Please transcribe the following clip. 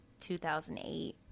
2008